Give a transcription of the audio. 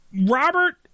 Robert